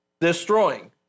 destroying